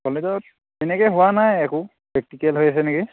কলেজত তেনেকৈ হোৱা নাই একো প্ৰেক্টিকেল হৈ আছে নেকি